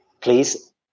Please